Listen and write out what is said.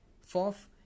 Fourth